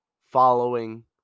following